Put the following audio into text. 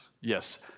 Yes